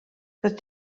doedd